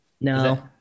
No